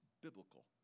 biblical